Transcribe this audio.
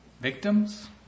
Victims